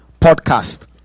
podcast